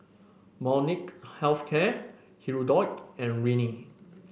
Molnylcke Health Care Hirudoid and Rene